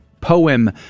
poem